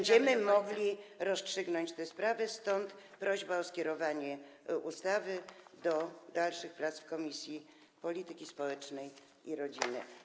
będziemy mogli rozstrzygnąć tę sprawę, stąd prośba o skierowanie ustawy do dalszych prac w Komisji Polityki Społecznej i Rodziny.